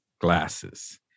glasses